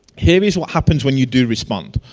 here is what happens when you do respond.